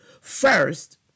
first